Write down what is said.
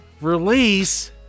release